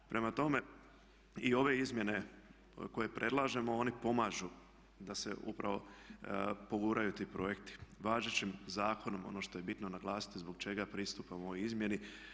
Prema tome i ove izmjene koje predlažemo one pomažu da se upravo poguraju ti projekti važećim zakonom ono što je bitno naglasiti zbog čega pristupamo ovoj izmjeni.